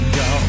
go